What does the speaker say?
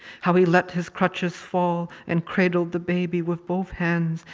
how he let his crutches fall and cradled the baby with both hands,